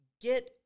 get